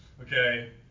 okay